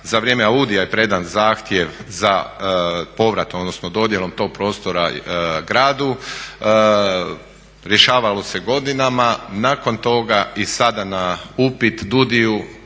Za vrijeme AUDI-a je predan zahtjev za povrat, odnosno dodjelom tog prostora gradu, rješavalo se godinama, nakon toga i sada na upit DUUDI-ju